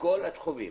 בכל התחומים.